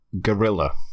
gorilla